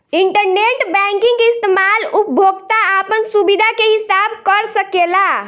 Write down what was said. internet banking के इस्तमाल उपभोक्ता आपन सुबिधा के हिसाब कर सकेला